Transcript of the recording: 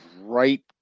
right